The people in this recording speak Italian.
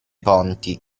ponti